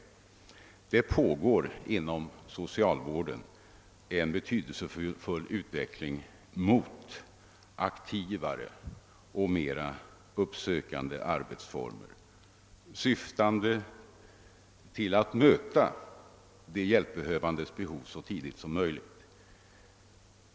Det pågår inom socialvården en betydelsefull utveckling mot aktivare och mera uppsökande arbetsformer, syftande till att man skall möta de hjälpbehövandes behov så tidigt som möjligt.